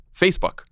Facebook